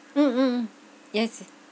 mm mm yes